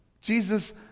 Jesus